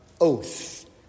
oath